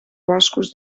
boscos